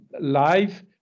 live